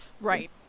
Right